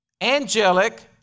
angelic